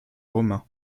romain